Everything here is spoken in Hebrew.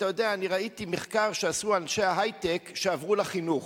ראיתי מחקר שעשו על אנשי ההיי-טק שעברו לחינוך.